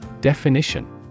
Definition